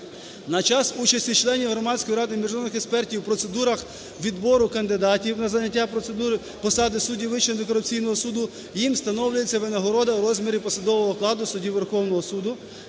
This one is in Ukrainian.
"На час участі членів Громадської ради міжнародних експертів в процедурах відбору кандидатів на заняття посади суддів Вищого антикорупційного суду їм встановлюється винагорода у розмірі посадового окладу судді Верховного Суду.